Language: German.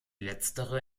letztere